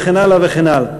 וכן הלאה.